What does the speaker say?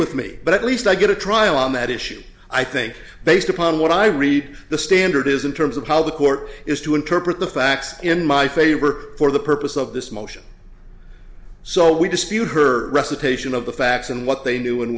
with me but at least i get a trial on that issue i think based upon what i read the standard is in terms of how the court is to interpret the facts in my favor for the purpose of this motion so we dispute her recitation of the facts and what they knew